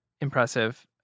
impressive